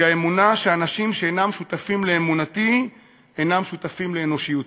היא האמונה שאנשים שאינם שותפים לאמונתי אינם שותפים לאנושיותי.